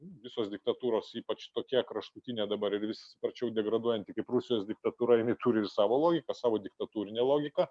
visos diktatūros ypač tokia kraštutinė dabar vis sparčiau degraduojanti kaip rusijos diktatūra jinai turi ir savo logiką savo diktatūrinę logiką